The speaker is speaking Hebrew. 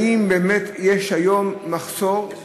האם באמת יש היום מחסור?